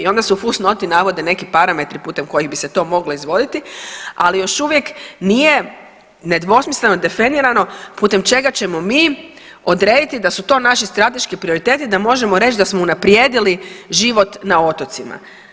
I onda se u fusnoti navode neki parametri putem kojih bi se to moglo izvoditi, ali još uvijek nije nedvosmisleno definirano putem čega ćemo mi odrediti da su to naši strateški prioriteti da možemo reći da smo unaprijedili život na otocima.